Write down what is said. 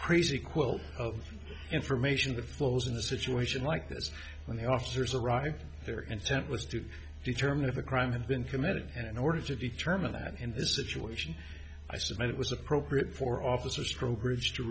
crazy quilt of information that flows in a situation like this when the officers arrived their intent was to determine if a crime had been committed and in order to determine that in this situation i said that it was appropriate for officer stroke